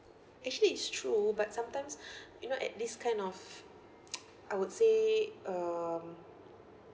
actually it's true but sometimes you know at this kind of I would say uh